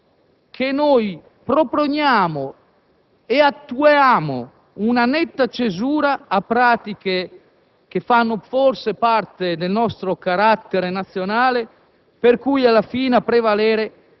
ma occorre che proponiamo e attuiamo una netta cesura a pratiche che fanno forse parte del nostro carattere nazionale;